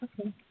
Okay